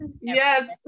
Yes